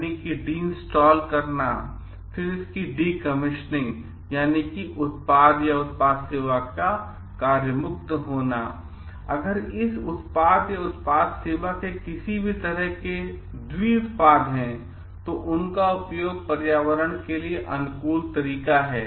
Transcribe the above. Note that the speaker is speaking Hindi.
अगर इस उत्पाद या उत्पाद सेवा के किसी भी तरह के द्वि उत्पाद हैं तो उन का उपयोग पर्यावरण के अनुकूल तरीका है